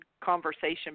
conversation